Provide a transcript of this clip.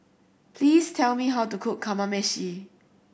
please tell me how to cook Kamameshi